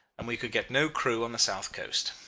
and we could get no crew on the south coast.